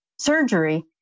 surgery